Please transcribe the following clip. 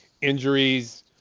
injuries